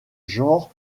genre